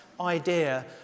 idea